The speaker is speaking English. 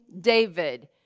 David